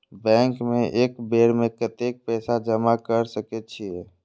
Bank में एक बेर में कतेक पैसा जमा कर सके छीये?